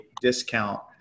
discount